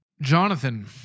Jonathan